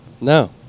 no